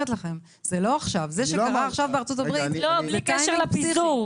זה שזה קרה עכשיו בארצות הברית זה טיימינג --- בלי קשר לפיזור.